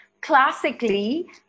classically